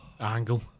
Angle